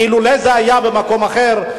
אילו זה היה במקום אחר,